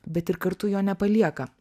bet ir kartu jo nepalieka